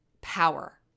power